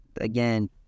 Again